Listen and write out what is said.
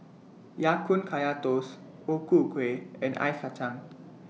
Ya Kun Kaya Toast O Ku Kueh and Ice Kachang